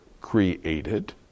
created